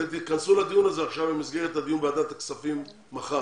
אתם תיכנסו לדיון הזה עכשיו במסגרת הדיון בוועדת הכספים מחר,